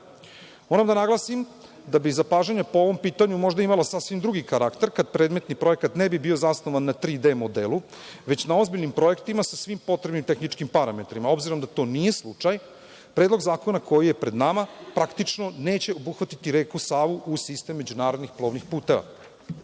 leda. Moram da naglasim da bi zapažanja po ovom pitanju možda imala sasvim drugi karakter kad predmetni projekat ne bi bio zasnovan na 3D modelu, već na ozbiljnim projektima sa svim potrebnim tehničkim parametrima. Obzirom da to nije slučaj, predlog zakona koji je pred nama, praktično neće obuhvatiti reku Savu u sistem međunarodnih plovnih puteva. Članom